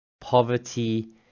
poverty